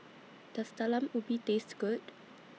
Does Talam Ubi Taste Good